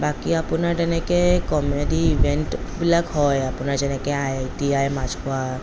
বাকী আপোনাৰ তেনেকে কমেডী ইভেণ্টবিলাক হয় আপোনাৰ যেনেকৈ I I T I Machkhowa